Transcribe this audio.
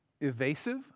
evasive